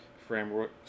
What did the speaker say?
framework